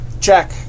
check